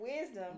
wisdom